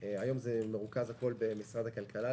היום הכול מרוכז במשרד הכלכלה,